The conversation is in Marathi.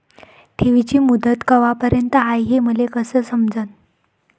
ठेवीची मुदत कवापर्यंत हाय हे मले कस समजन?